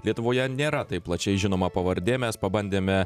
lietuvoje nėra taip plačiai žinoma pavardė mes pabandėme